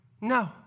No